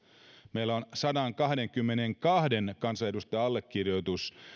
meillä on sadankahdenkymmenenkahden kansanedustajan allekirjoitus